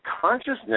consciousness